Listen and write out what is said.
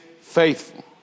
faithful